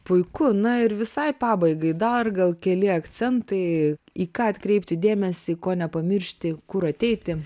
puiku na ir visai pabaigai dar gal keli akcentai į ką atkreipti dėmesį ko nepamiršti kur ateiti